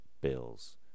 Bills